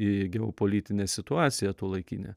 į geopolitinę situaciją tuolaikinę